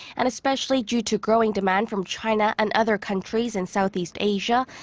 and especially due to growing demand from china and other countries and southeast asia.